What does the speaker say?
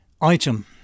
Item